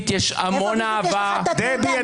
יש המון אהבה -- איפה בדיוק --- דבי,